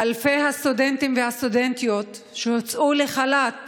אלפי הסטודנטים והסטודנטיות שהוצאו לחל"ת